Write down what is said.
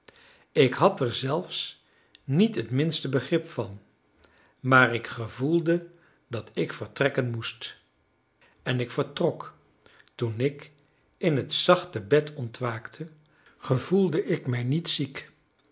ik had er zelfs niet het minste begrip van maar ik gevoelde dat ik vertrekken moest en ik vertrok toen ik in het zachte bed ontwaakte gevoelde ik mij niet ziek